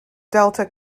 delta